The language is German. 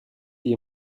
die